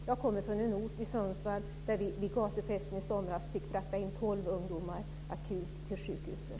Jag kommer från en ort utanför Sundsvall där vi vid gatufesten i somras fick frakta in tolv ungdomar akut till sjukhuset.